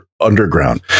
underground